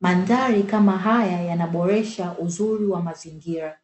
mandhari kama haya yanaboresha uzuri wa mazingira.